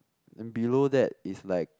and below that is like